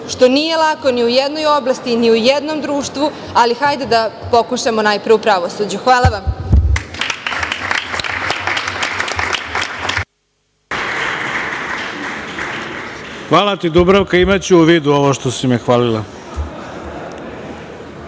što nije lako ni u jednoj oblasti, ni u jednom društvu, ali hajde da pokušamo najpre u pravosuđu. Hvala vam. **Ivica Dačić** Hvala ti, Dubravka, imaću u vidu ovo što si me hvalila. Rekli